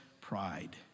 pride